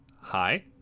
Hi